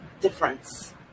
difference